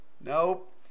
Nope